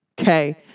okay